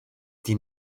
die